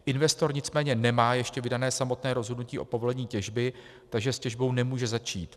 Investor nicméně nemá ještě vydáno samotné rozhodnutí o povolení těžby, takže s těžbou nemůže začít.